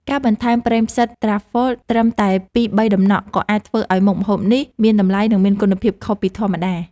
ការបន្ថែមប្រេងផ្សិតត្រាហ្វហ្វល (Truffle) ត្រឹមតែពីរបីតំណក់ក៏អាចធ្វើឱ្យមុខម្ហូបនេះមានតម្លៃនិងមានគុណភាពខុសពីធម្មតា។